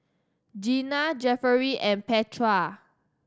Jeana Jefferey and Petra